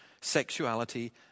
sexuality